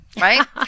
right